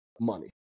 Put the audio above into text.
money